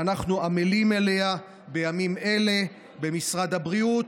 שאנחנו עמלים עליה בימים אלה במשרד הבריאות.